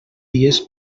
dies